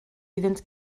iddynt